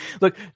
look